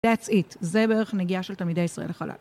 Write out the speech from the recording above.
That's it. זה בערך נגיעה של תלמידי ישראל לחלל.